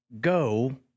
go